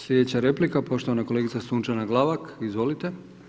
Sljedeća replika poštovana kolegica Sunčana Glavak, izvolite.